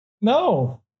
No